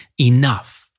enough